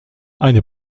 eine